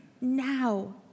now